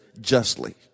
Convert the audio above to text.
justly